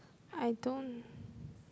I don't